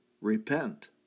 Repent